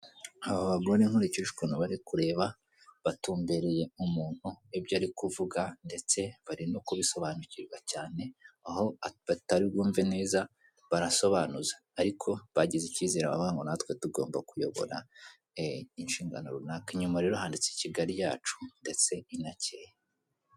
Aba abagore nkurikije ukuntu bari kureba, batumbereye umuntu n'ibyo ari kuvuga ndetse bari no kubisobanukirwa cyane, aho batari bwumve neza barasobanuza, ariko bagize icyizere baravuga ngo natwe tugomba kuyobora inshingano runaka. Inyuma rero handitse Kigali yacu ndetse inakeye.